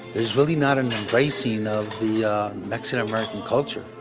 there's really not an embracing of the yeah mexican-american culture,